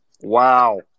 Wow